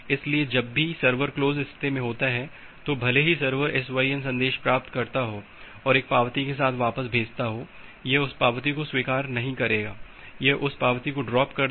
इसलिए जब भी सर्वर क्लोज स्थिति में होता है तो भले ही सर्वर SYN संदेश प्राप्त करता हो और एक पावती के साथ वापस भेजता हो यह उस पावती को स्वीकार नहीं करेगा यह उस पावती को ड्राप कर देगा